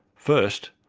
first,